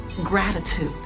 gratitude